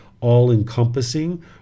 all-encompassing